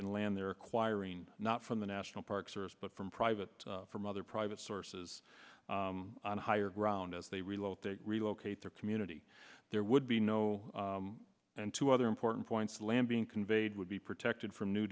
in land they're acquiring not from the national park service but from private from other private sources on higher ground as they relocate relocate their community there would be no and two other important points land being conveyed would be protected from new